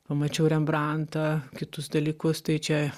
pamačiau rembrantą kitus dalykus tai čia